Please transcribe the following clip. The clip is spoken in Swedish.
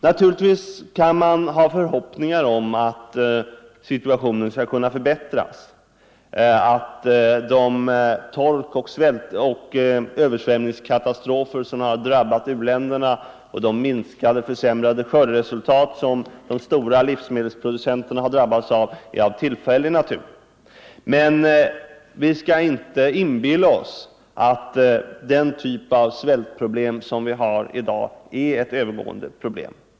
Naturligtvis kan man hysa förhoppningar om att situationen skall kunna förbättras, att de torkoch översvämningskatastrofer, som har drabbat u-länderna, och de försämrade skörderesultat, som de stora livsmedelsproducenterna drabbats av, är av tillfällig natur. Men vi skall inte inbilla av oss att den typ av svältproblem som vi har i dag är ett övergående problem.